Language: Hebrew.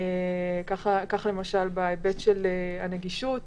כך, למשל, בהיבט של נגישות,